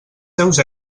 seus